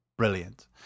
Brilliant